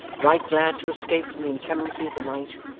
right glad to escape from the inclemency of the night,